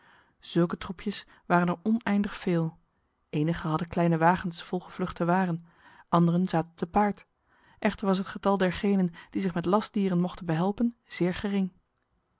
zulke troepjes waren er oneindig veel enigen hadden kleine wagens vol gevluchte waren anderen zaten te paard echter was het getal dergenen die zich met lastdieren mochten behelpen zeer gering